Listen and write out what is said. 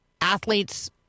athletes